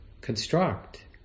construct